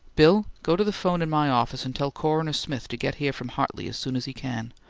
bill, go to the phone in my office, and tell coroner smith to get here from hartley as soon as he can.